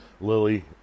Lily